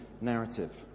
narrative